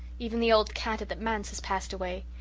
even the old cat at the manse has passed away.